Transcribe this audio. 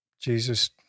Jesus